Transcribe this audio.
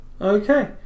Okay